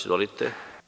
Izvolite.